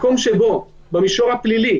מקום שבו במישור הפלילי